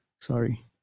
sorry